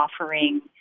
offering